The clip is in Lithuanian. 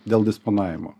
dėl disponavimo